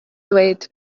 dweud